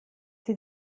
sie